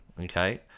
okay